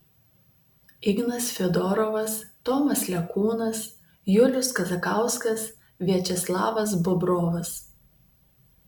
ignas fiodorovas tomas lekūnas julius kazakauskas viačeslavas bobrovas